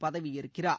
பதவியேற்கிறார்